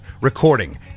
recording